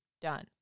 done